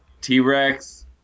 T-Rex